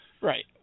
Right